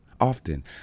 Often